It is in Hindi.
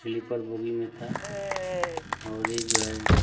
स्लिपर बोगी में था और ये जो है